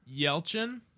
Yelchin